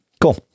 Cool